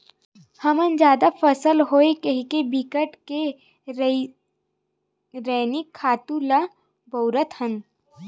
हमन जादा फसल होवय कहिके बिकट के रसइनिक खातू ल बउरत हन